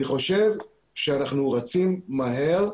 אני חושב שאנחנו רצים מהר.